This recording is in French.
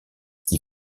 qui